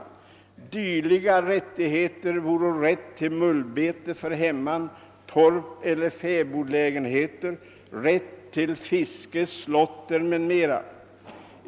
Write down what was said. Dylika rättigheter voro rätt till mulbete för hemman, torp eller fäbodlägenheter, rätt till fiske, slåtter m.m.